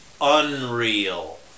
unreal